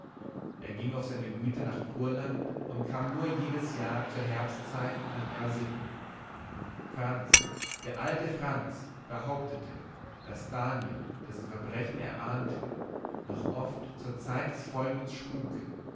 er ging auf seine güter nach kurland und kam nur jedes jahr zur herbstzeit nach r sitten franz der alte franz behauptete daß daniel dessen verbrechen er ahnde noch oft zur zeit des vollmonds spuke